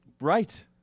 Right